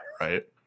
right